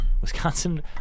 Wisconsin